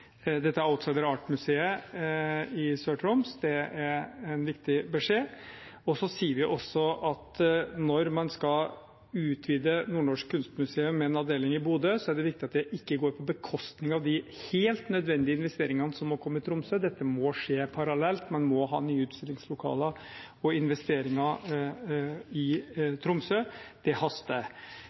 Outsider Art-museet i Sør-Troms. Det er en viktig beskjed. Vi sier også at når man skal utvide Nordnorsk Kunstmuseum med en avdeling i Bodø, er det viktig at det ikke går på bekostning av de helt nødvendige investeringene som må komme i Tromsø. Dette må skje parallelt. Man må ha nye utstillingslokaler og investeringer i Tromsø. Det haster.